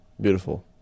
beautiful